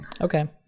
Okay